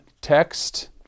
text